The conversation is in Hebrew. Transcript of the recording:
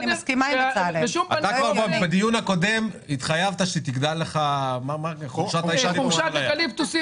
בדיון הקודם התחייבת שתגדל חורשת אקליפטוסים